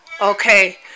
Okay